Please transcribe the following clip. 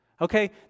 okay